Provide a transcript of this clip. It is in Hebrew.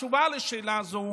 התשובה לשאלה זו